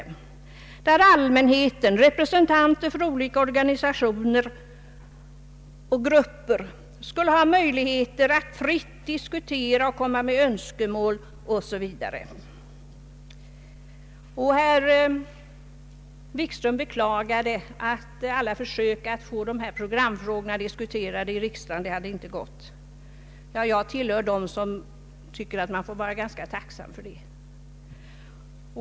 I detta forum skulle allmänheten och representanter för olika organisationer och grupper ha möjlighet att fritt diskutera och lägga fram önskemål. Herr Wikström beklagade att de försök som gjorts att få dessa programfrågor diskuterade i riksdagen inte hade lyckats. Jag tillhör dem som tycker att man får vara ganska tacksam för det.